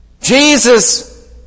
Jesus